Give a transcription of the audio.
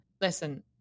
listen